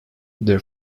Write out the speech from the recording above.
their